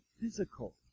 physical